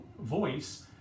voice